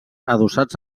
adossats